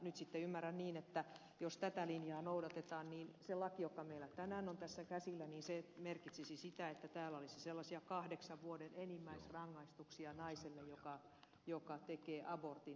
nyt sitten ymmärrän niin että jos tätä linjaa noudatetaan niin se laki joka meillä tänään on tässä käsillä merkitsisi sitä että täällä olisi sellaisia kahdeksan vuoden enimmäisrangaistuksia naiselle joka tekee abortin